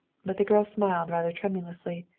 but the girl smiled rather tremulously.